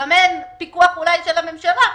אולי גם אין פיקוח של הממשלה,